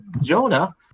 Jonah